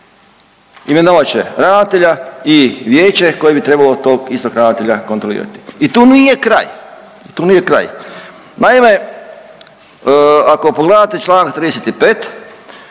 Imenovat će ravnatelja i vijeće koje bi trebalo tog istog ravnatelja kontrolirati. I tu nije kraj, tu nije kraj. Naime, ako pogledate Članak 35.